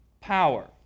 power